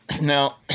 Now